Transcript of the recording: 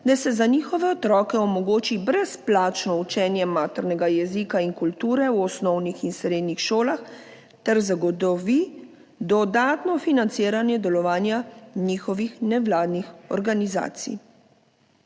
da se za njihove otroke omogoči brezplačno učenje maternega jezika in kulture v osnovnih in srednjih šolah ter zagotovi dodatno financiranje delovanja njihovih nevladnih organizacij?«.